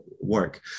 work